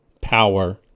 power